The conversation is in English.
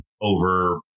over